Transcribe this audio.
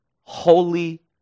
holy